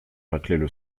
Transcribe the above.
raclaient